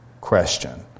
question